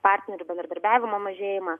partnerių bendradarbiavimo mažėjimą